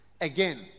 again